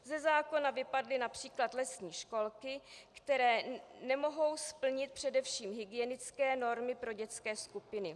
Ze zákona vypadly například lesní školky, které nemohou splnit především hygienické normy pro dětské skupiny.